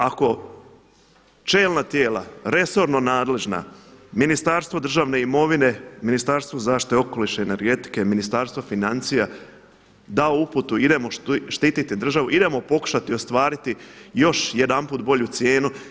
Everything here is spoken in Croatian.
Ako čelna tijela, resorno nadležna Ministarstvo državne imovine, Ministarstvo zaštite okoliša i energetike, Ministarstvo financija dao uputu idemo štititi državu, idemo pokušati ostvariti još jedanput bolju cijenu.